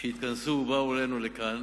שהתכנסו ובאו אלינו לכאן